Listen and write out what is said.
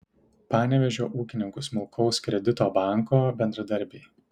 panevėžio ūkininkų smulkaus kredito banko bendradarbiai